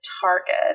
target